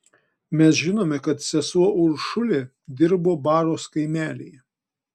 mes žinome kad sesuo uršulė dirbo baros kaimelyje